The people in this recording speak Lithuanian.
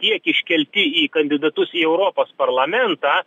tiek iškelti į kandidatus į europos parlamentą